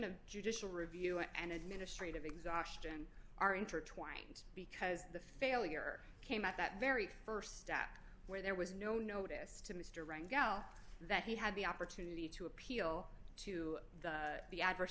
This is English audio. of judicial review and administrative exhaustion are intertwined because the failure came at that very st step where there was no notice to mr rangel that he had the opportunity to appeal to the adverse